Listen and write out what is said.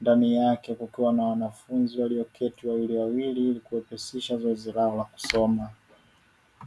ndani yake kukiwa na wanafunzi walioketi wawiliwawili ili kuwepesisha zoezi lao la kusoma.